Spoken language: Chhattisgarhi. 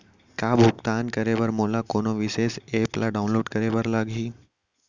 का भुगतान करे बर मोला कोनो विशेष एप ला डाऊनलोड करे बर लागही